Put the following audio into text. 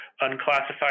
unclassified